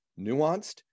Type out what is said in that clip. nuanced